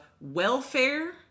welfare